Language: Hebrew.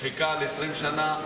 שחיקה ל-20 שנה,